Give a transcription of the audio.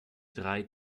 drei